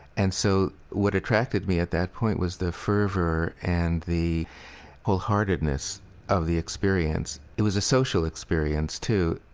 and so what attracted me at that point was the fervor and the wholeheartedness of the experience. it was a social experience, too,